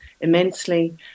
immensely